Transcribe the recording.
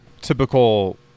typical